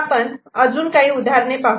आता आपण अजून काही उदाहरणे पाहू